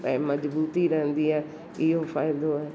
ऐं मजबूती रहंदी आहे इहो फ़ाइदो आहे